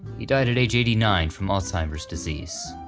he died at age eighty nine from alzheimer's disease.